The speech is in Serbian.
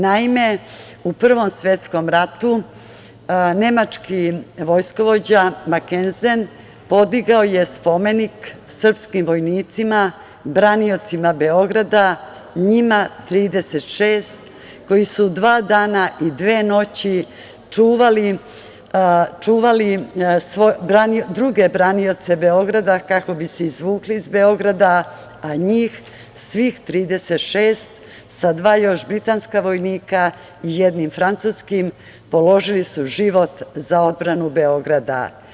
Naime, u Prvom svetskom ratu nemački vojskovođa Makenzen podigao je spomenik srpskim vojnicima, braniocima Beograda, njih 36, koji su dva dana i dve noći čuvali druge branioce Beograda kako bi se izvukli iz Beograda, a njih 36 sa još dva britanska i jednim francuskim vojnikom položili su život za odbranu Beograda.